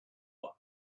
one